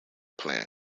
plan